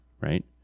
right